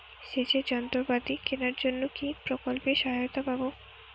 সেচের যন্ত্রপাতি কেনার জন্য কি প্রকল্পে সহায়তা পাব?